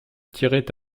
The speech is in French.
tiraient